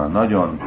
nagyon